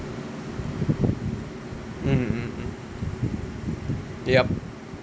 mm mm mm yup